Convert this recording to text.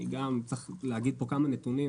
צריך להגיד פה כמה נתונים.